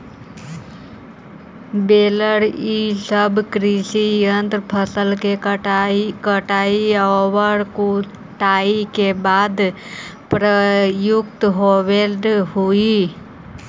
baler इ सब कृषि यन्त्र फसल के कटाई औउर कुटाई के बाद प्रयुक्त होवऽ हई